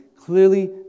clearly